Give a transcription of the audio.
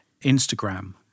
Instagram